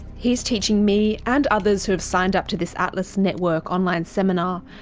he's teaching me, and others who have signed up to this atlas network online seminar,